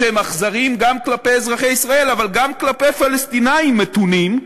שהם אכזרים גם כלפי אזרחי ישראל אבל גם כלפי פלסטינים מתונים,